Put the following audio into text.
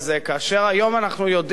כאשר היום אנחנו יודעים,